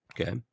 Okay